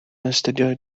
astudio